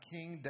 King